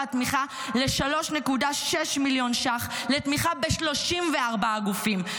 התמיכה ל-3.6 מיליון שקלים לתמיכה ב-34 גופים.